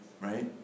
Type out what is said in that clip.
right